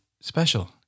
special